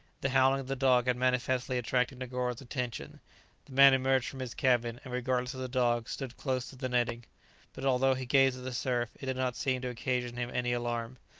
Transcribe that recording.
the howling of the dog had manifestly attracted negoro's attention the man emerged from his cabin, and, regardless of the dog, stood close to the netting but although he gazed at the surf, it did not seem to occasion him any alarm.